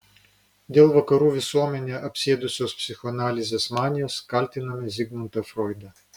dėl vakarų visuomenę apsėdusios psichoanalizės manijos kaltiname zigmundą froidą